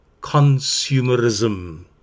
consumerism